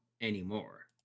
anymore